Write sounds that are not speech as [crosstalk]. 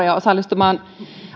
[unintelligible] ja osallistumaan